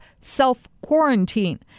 self-quarantine